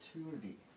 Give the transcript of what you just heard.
opportunity